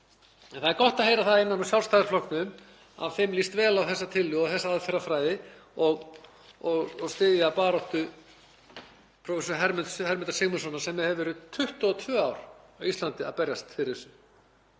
Það er gott að heyra það innan úr Sjálfstæðisflokknum að þeim líst vel á þessa tillögu og þessa aðferðafræði og styðja baráttu prófessors Hermundar Sigmundssonar sem hefur verið 22 ár á Íslandi að berjast fyrir þessu.